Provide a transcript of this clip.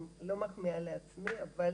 אני לא מחמיאה לעצמי, אבל